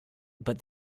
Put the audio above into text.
but